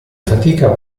fatica